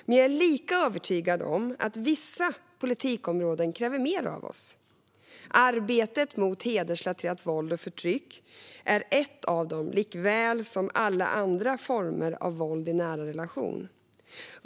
Men jag är lika övertygad om att vissa politikområden kräver mer av oss. Arbetet mot hedersrelaterat våld och förtryck är ett av dem. Det gäller också alla andra former av våld i nära relationer.